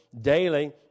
daily